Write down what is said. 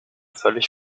völlig